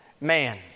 man